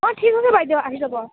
অ' ঠিক আছে বাইদেউ আহি যাব